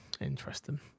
interesting